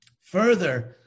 Further